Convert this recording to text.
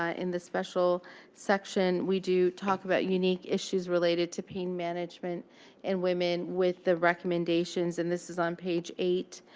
ah in the special section, we do talk about unique issues related to pain management in women, with the recommendations. and this is on page eight.